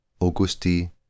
Augusti